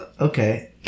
Okay